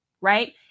Right